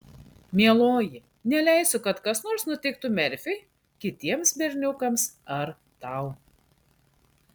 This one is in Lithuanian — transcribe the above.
mieloji neleisiu kad kas nors nutiktų merfiui kitiems berniukams ar tau